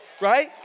Right